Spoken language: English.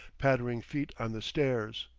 pattering feet on the stairs,